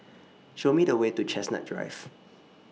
Show Me The Way to Chestnut Drive